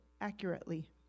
accurately